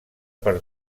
per